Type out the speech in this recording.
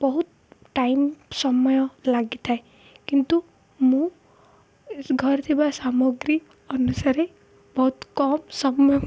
ବହୁତ ଟାଇମ୍ ସମୟ ଲାଗିଥାଏ କିନ୍ତୁ ମୁଁ ଘରେ ଥିବା ସାମଗ୍ରୀ ଅନୁସାରେ ବହୁତ କମ୍ ସମୟ